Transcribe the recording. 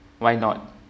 why not